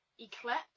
Eclipse